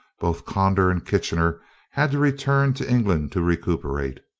both conder and kitchener had to return to england to recuperate.